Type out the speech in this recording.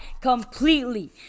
completely